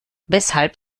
weshalb